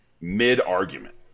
mid-argument